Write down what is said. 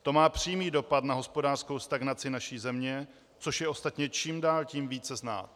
To má přímý dopad na hospodářskou stagnaci naší země, což je ostatně čím dál tím více znát.